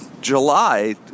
July